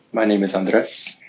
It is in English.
my name is andres.